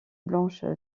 blanche